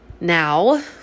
Now